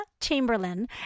Chamberlain